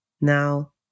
Now